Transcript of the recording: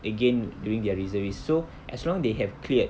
again during their reservist so as long they have cleared